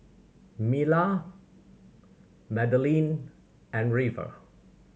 Myla Magdalene and River